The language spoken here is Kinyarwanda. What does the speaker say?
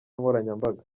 nkoranyambaga